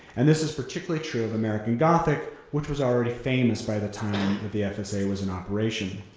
and this is particularly true of american gothic, which was already famous by the time that the fsa was in operation.